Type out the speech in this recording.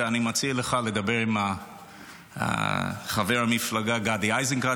ואני מציע לך לדבר עם חבר המפלגה שלך גדי איזנקוט,